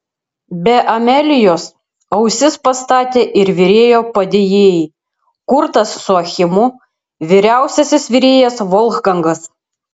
be amelijos ausis pastatė ir virėjo padėjėjai kurtas su achimu vyriausiasis virėjas volfgangas